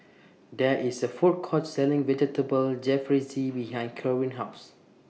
There IS A Food Court Selling Vegetable Jalfrezi behind Corrine's House